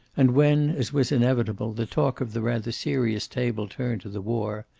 and when, as was inevitable, the talk of the rather serious table turned to the war,